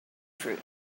fruit